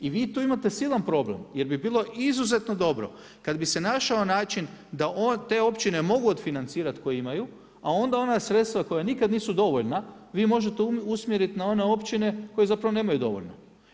I vi tu imate silan problem, jer bi bilo izuzetno dobro, kad bi se našao način, da te općine mogu od financirati koje imaju, a onda ona sredstva koja nikad nisu dovoljna, vi možete usmjeriti na one općine koje zapravo nemaju dovoljno.